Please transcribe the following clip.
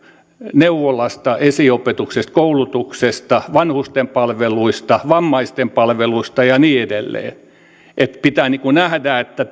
neuvolasta esiopetuksesta koulutuksesta vanhusten palveluista vammaisten palveluista ja niin edelleen pitää nähdä että